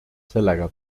sellega